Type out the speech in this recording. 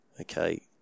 okay